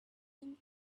him